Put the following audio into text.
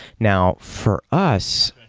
now, for us,